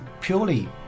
purely